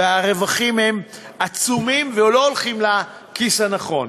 והרווחים הם עצומים ולא הולכים לכיס הנכון,